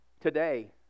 today